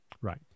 Right